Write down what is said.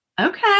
okay